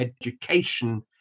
education